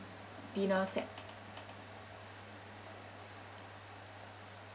dinner set